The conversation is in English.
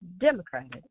democratic